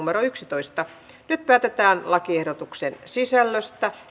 yksitoista nyt päätetään lakiehdotuksen sisällöstä